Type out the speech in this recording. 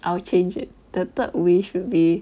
I will change it the third wish should be